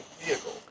vehicle